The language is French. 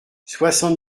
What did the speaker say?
soixante